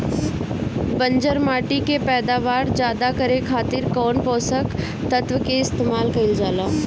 बंजर माटी के पैदावार ज्यादा करे खातिर कौन पोषक तत्व के इस्तेमाल कईल जाला?